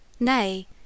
Nay